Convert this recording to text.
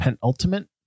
penultimate